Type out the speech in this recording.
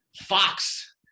Fox